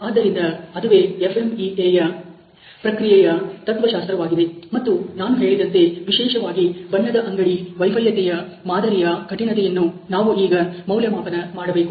ಆದ್ದರಿಂದ ಅದುವೇ FMEA ಯ ಪ್ರಕ್ರಿಯೆಯ ತತ್ವಶಾಸ್ತ್ರವಾಗಿದೆ ಮತ್ತು ನಾನು ಹೇಳಿದಂತೆ ವಿಶೇಷವಾಗಿ ಬಣ್ಣದ ಅಂಗಡಿ ವೈಫಲ್ಯತೆಯ ಮಾದರಿಯ ಕಠಿಣತೆಯನ್ನು ನಾವು ಈಗ ಮೌಲ್ಯಮಾಪನ ಮಾಡಬೇಕು